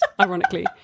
ironically